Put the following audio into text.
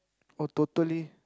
oh totally